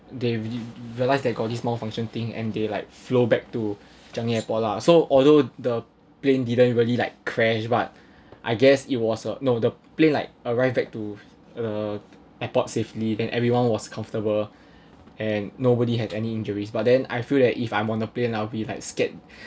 they real~ realize that got this small function thing and they like flew back to changi airport lah so although the plane didn't really like crash but I guess it was the no the plane like arrived back to uh airport safely and everyone was comfortable and nobody had any injuries but then I feel that if I'm on a plane I'll be like scared